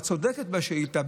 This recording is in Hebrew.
ואת צודקת בשאילתה,